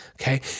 okay